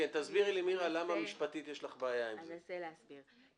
תסבירי לי, מירה, למה יש לך בעיה משפטית עם זה.